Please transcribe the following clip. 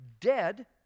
dead